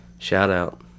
Shout-out